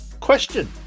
Question